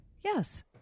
Yes